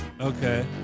Okay